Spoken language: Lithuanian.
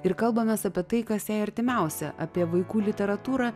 ir kalbamės apie tai kas jai artimiausia apie vaikų literatūrą